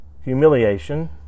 Humiliation